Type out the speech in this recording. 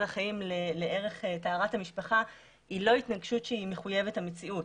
החיים לערך טהרת המשפחה היא לא התנגשות מחויבת המציאות,